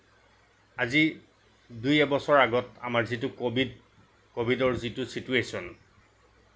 আজি দুই এবছৰ আগত আমাৰ যিটো কভিড কভিডৰ যিটো ছিটুৱেচন